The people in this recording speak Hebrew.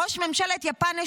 ראש ממשלת יפן לשעבר,